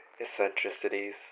eccentricities